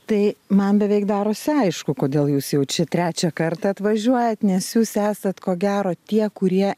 tai man beveik darosi aišku kodėl jūs jau čia trečią kartą atvažiuojat nes jūs esat ko gero tie kurie